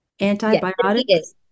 antibiotics